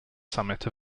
summit